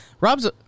Rob's